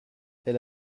elle